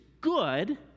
good